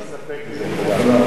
אני אסתפק בזה, תודה.